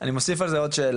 אני מוסיף על זה עוד שאלה,